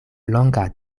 longa